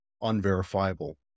unverifiable